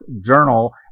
Journal